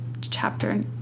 chapter